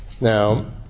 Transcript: now